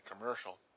commercial